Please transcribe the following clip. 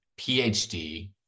PhD